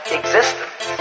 existence